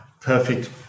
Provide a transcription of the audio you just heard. Perfect